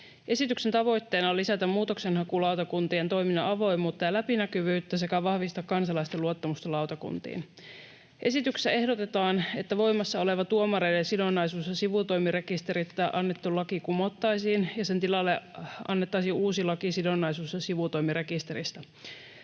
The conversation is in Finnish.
Esityksen tavoitteena on lisätä muutoksenhakulautakuntien toiminnan avoimuutta ja läpinäkyvyyttä sekä vahvistaa kansalaisten luottamusta lautakuntiin. Esityksessä ehdotetaan, että voimassa oleva tuomareiden sidonnaisuus- ja sivutoimirekisteristä annettu laki kumottaisiin ja sen tilalle annettaisiin uusi laki sidonnaisuus- ja sivutoimirekisteristä.